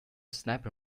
sniper